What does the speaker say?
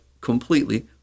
completely